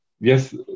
yes